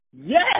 Yes